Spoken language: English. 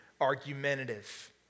argumentative